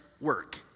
work